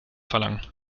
verlangen